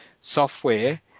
software